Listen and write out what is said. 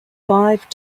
five